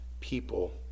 people